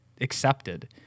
accepted